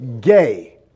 gay